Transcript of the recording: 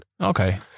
Okay